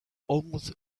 almost